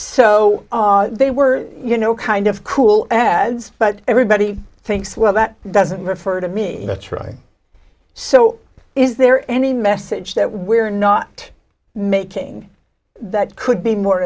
so they were you know kind of cool ads but everybody thinks well that doesn't refer to me that's right so is there any message that we're not making that could be more